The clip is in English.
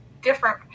different